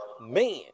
Man